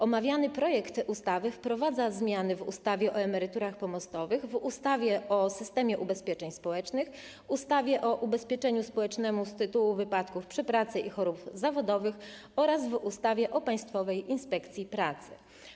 Omawiany projekt ustawy wprowadza zmiany w ustawie o emeryturach pomostowych, w ustawie o systemie ubezpieczeń społecznych, w ustawie o ubezpieczeniu społecznym z tytułu wypadków przy pracy i chorób zawodowych oraz w ustawie o Państwowej Inspekcji Pracy.